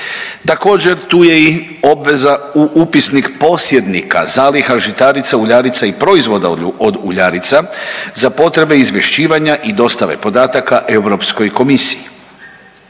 Također tu je i obveza u Upisnik posjednika zaliha žitarica, uljarica i proizvoda od uljarica za potrebe izvješćivanja i dostave podataka Europskoj komisiji.